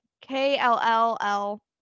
K-L-L-L